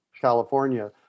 California